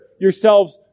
yourselves